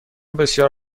بسیار